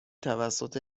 توسط